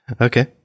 Okay